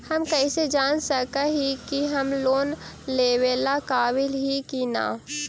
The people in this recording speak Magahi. हम कईसे जान सक ही की हम लोन लेवेला काबिल ही की ना?